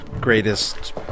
greatest